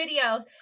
videos